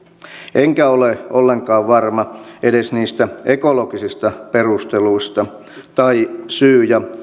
enkä ole ollenkaan varma edes niistä ekologisista perusteluista tai syy